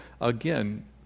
again